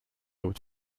would